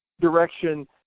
direction